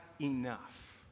enough